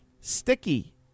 sticky